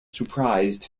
surprised